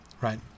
Right